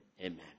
amen